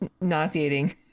nauseating